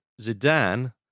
Zidane